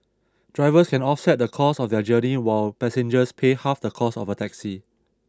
drivers can offset the cost of their journey while passengers pay half the cost of a taxi